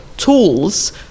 tools